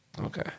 okay